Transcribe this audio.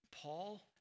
Paul